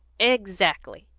exactly!